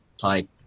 type